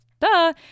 duh